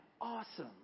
awesome